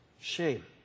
shame